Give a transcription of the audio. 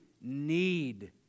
need